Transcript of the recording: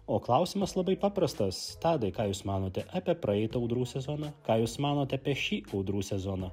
o klausimas labai paprastas tadai ką jūs manote apie praeitą audrų sezoną ką jūs manote apie šį audrų sezoną